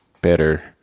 better